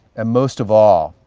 and most of all,